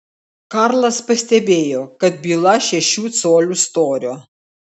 karlas pastebėjo kad byla šešių colių storio